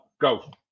go